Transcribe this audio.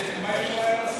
מה היה אפשר לעשות?